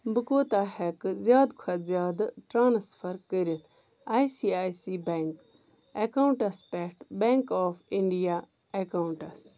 بہٕ کوٗتاہ ہیٚکہٕ زیٛادٕ کھۄتہٕ زِیٛادٕ ٹرٛانسفر کٔرِتھ ICICI bank accounts پٮ۪ٹھ بیٚنٛک آف انٛڈیا ایٚکاونٛٹَس